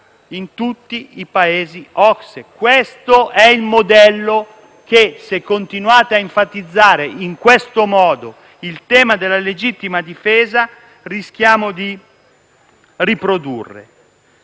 il resto dei Paesi OCSE. Questo è il modello che, se continuate a enfatizzare in questo modo il tema della legittima difesa, rischiamo di riprodurre.